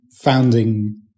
founding